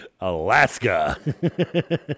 Alaska